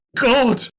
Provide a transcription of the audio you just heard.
God